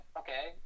okay